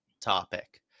topic